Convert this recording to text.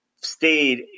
stayed